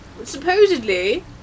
supposedly